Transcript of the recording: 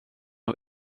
nhw